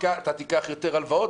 אתה תיקח יותר הלוואות?